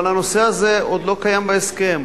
אבל הנושא הזה עוד לא קיים בהסכם.